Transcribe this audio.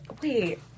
Wait